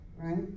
Right